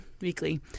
weekly